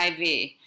IV